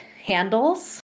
handles